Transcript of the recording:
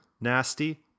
nasty